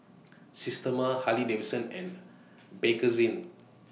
Systema Harley Davidson and Bakerzin